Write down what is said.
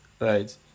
right